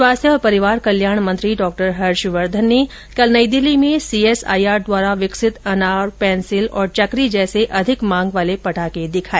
स्वास्थ्य और परिवार कल्याण मंत्री डॉ हर्षवर्धन ने कल नई दिल्ली में सीएसआईआर द्वारा विकसित अनार पेंसिल और चकरी जैसे अधिक मांग वाले पटाखे दिखाए